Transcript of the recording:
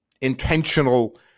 intentional